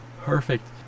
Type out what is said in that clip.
Perfect